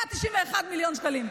191 מיליון שקלים.